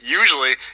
usually